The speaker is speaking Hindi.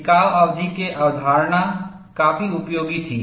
टिकाव अवधि की अवधारणा काफी उपयोगी थी